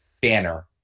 banner